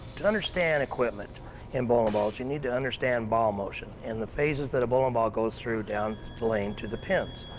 to understand equipment in bowling balls, you need to understand ball motion and the phases that a um ball goes through down the lane to the pins.